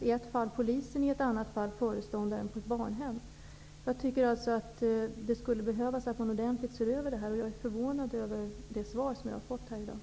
I ett fall var det polisen och i ett annat fall föreståndaren på ett barnhem. Jag tycker att det behövs en ordentlig översyn av detta. Jag är förvånad över det svar som jag har fått här i dag.